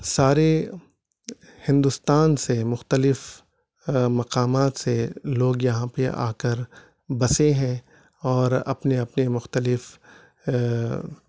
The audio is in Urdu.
سارے ہندوستان سے مختلف مقامات سے لوگ یہاں پہ آ کر بسے ہیں اور اپنے اپنے مختلف